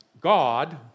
God